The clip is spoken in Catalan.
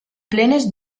plenes